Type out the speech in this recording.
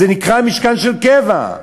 זה נקרא משכן של קבע.